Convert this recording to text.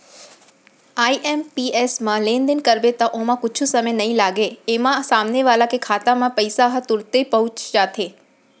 IMPS म लेनदेन करबे त ओमा कुछु समय नइ लागय, एमा सामने वाला के खाता म पइसा ह तुरते पहुंच जाथे